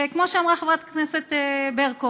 כמו שאמרה חברת הכנסת ברקו,